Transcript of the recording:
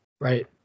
Right